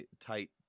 tight